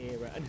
era